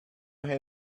his